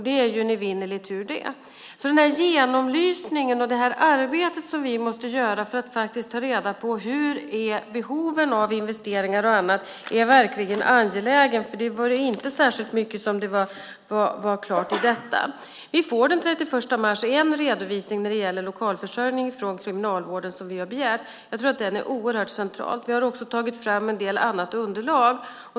Det är en evinnerlig tur. Den genomlysning och det arbete som vi måste göra för att ta reda på hur behoven av investeringar och annat ser ut är verkligen angelägna, för det var då inte särskilt mycket som var klart i detta. Vi får den 31 mars en redovisning när det gäller lokalförsörjning som vi har begärt från Kriminalvården. Jag tror att den är oerhört central. Vi har också tagit fram en del annat underlag.